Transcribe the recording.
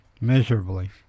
miserably